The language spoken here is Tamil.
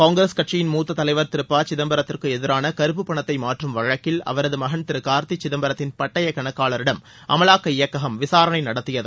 காங்கிரஸ் கட்சியின் மூத்த தலைவர் திரு ப சிதம்பரத்திற்கு எதிரான கருப்பு பணத்தை மாற்றும் வழக்கில் அவரது மகன் திரு கார்த்தி சிதம்பரத்தின் பட்டயக் கணக்காளரிடம் அமலாக்க இயக்ககம் விசாரணை நடத்தியது